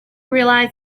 realized